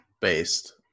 based